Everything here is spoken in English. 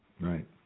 Right